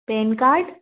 PAN card